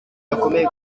bakomeye